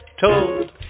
told